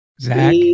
Zach